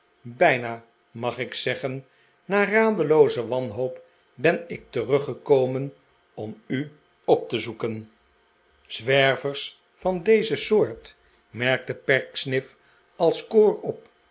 bijna mag ik zeggen na radelooze wanhoop ben ik teruggekomen om u op te zoeken zwervers van deze soort merkte pecksniff als koor op